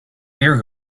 beer